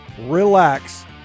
relax